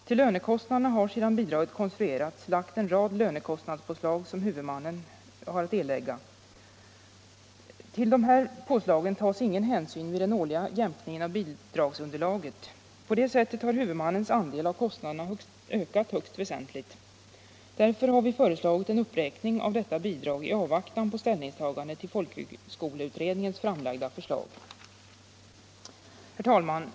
Till lönekostnaderna har sedan bidraget konstruerades lagts en rad lönekostnadspåslag som huvudmannen har att erlägga. Till dessa påslag tas ingen hänsyn vid den årliga jämkningen av bidragsunderlaget. På det sättet har huvudmannens andel av kostnaderna ökat högst väsentligt. Därför har vi föreslagit en uppräkning av detta bidrag i avvaktan på ställningstagandena till folkhögskoleutredningens framlagda förslag. Herr talman!